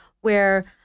where-